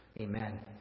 Amen